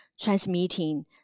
transmitting